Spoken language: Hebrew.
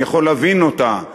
אני יכול להבין אותה,